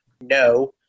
no